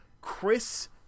Chris